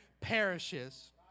perishes